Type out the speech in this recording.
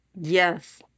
Yes